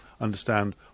understand